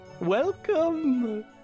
welcome